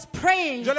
praying